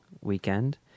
weekend